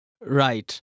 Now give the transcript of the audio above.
Right